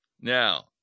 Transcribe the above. now